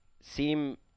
seem